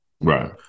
Right